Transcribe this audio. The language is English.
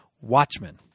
Watchmen